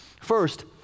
First